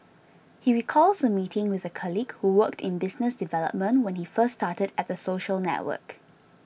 he recalls a meeting with a colleague who worked in business development when he first started at the social network